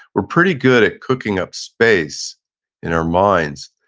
we're pretty good at cooking up space in our minds.